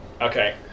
Okay